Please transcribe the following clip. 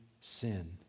sin